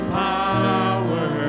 power